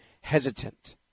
hesitant